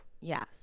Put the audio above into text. Yes